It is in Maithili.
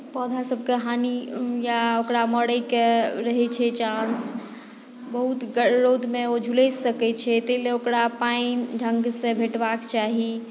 पौधासभके हानि या ओकरा मरयके रहैत छै चान्स बहुत ग रौदमे ओ झुलसि सकैत छै ताहि लेल ओकरा पानि ढङ्गसँ भेटबाक चाही